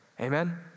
amen